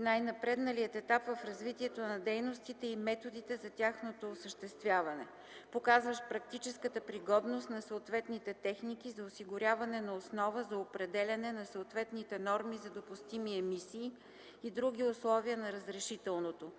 най-напредналият етап в развитието на дейностите и методите за тяхното осъществяване, показващ практическата пригодност на съответните техники за осигуряване на основа за определяне на съответните норми за допустими емисии и други условия на разрешителното,